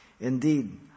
Indeed